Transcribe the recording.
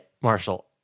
Marshall